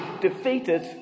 defeated